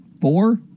four